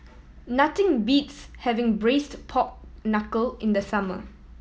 nothing beats having Braised Pork Knuckle in the summer